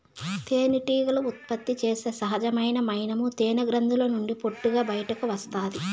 తేనెటీగలు ఉత్పత్తి చేసే సహజమైన మైనము తేనె గ్రంధుల నుండి పొట్టుగా బయటకు వస్తాది